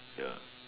ya